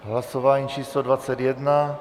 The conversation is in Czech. Hlasování číslo 21.